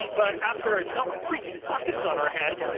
but after a dump freaking buckets on our head,